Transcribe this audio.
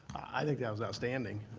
i think that was outstanding.